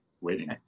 waiting